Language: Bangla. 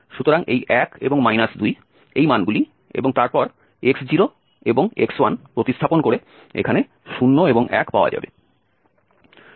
সুতরাং এই 1 এবং 2 এই মানগুলি এবং তারপর x0 এবং x1 প্রতিস্থাপন করে এখানে 0 এবং 1 পাওয়া যাবে